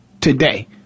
today